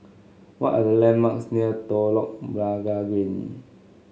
what are the landmarks near Telok Blangah Green